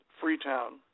Freetown